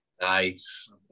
Nice